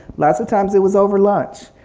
lots of times it was over lunch,